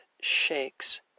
shakes